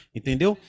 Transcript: Entendeu